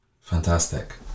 Fantastic